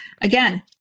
again